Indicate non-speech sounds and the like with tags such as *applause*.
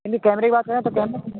नहीं नहीं कैमरे की बात पास है तो कैमरा *unintelligible*